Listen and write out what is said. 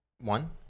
one